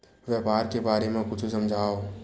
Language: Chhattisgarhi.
व्यापार के बारे म कुछु समझाव?